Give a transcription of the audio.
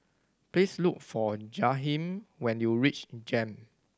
please look for Jaheem when you reach JEM